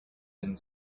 and